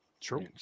True